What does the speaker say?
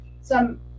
some-